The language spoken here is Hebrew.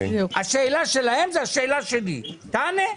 השאלה שלהם זה השאלה שלי, תענה.